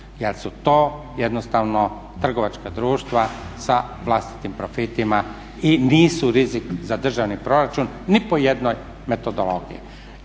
jer su to trgovačka društva sa vlastitim profitima i nisu rizik za državni proračun ni po jednoj metodologiji.